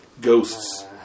Ghosts